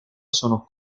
sono